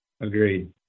Agreed